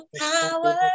power